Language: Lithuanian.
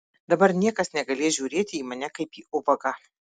dabar niekas negalės žiūrėti į mane kaip į ubagą